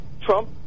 Trump